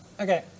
Okay